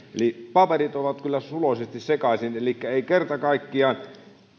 paperit ovat kyllä suloisesti sekaisin elikkä kerta kaikkiaan